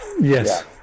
yes